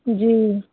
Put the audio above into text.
जी